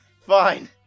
Fine